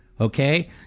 okay